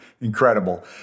Incredible